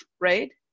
right